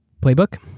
playbook.